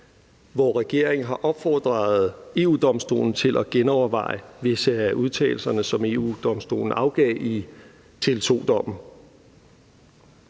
hvor regeringen har opfordret EU-Domstolen til at genoverveje visse af udtalelserne, som EU-Domstolen afgav i Tele2-dommen.